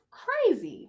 crazy